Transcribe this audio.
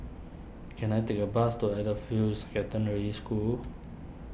can I take a bus to Edgefield Secondary School